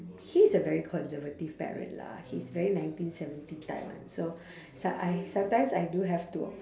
he's a very conservative parent lah he's very nineteen seventy type [one] so so~ I sometimes I do have to